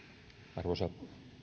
arvoisa